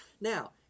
Now